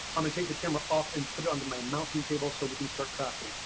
i'm gonna take the camera off and put under my mountain table. so we can start crafting,